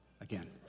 Again